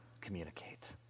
communicate